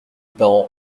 parents